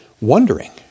wondering